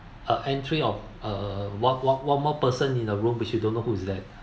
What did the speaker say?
a entry of uh one one more person in the room which you don't know who is that